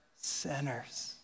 sinners